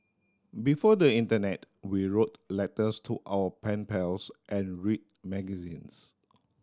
before the internet we wrote letters to our pen pals and read magazines